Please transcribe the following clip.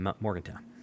Morgantown